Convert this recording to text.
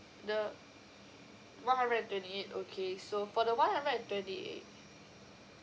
the one hundred and twenty eight okay so for the one hundred and twenty eight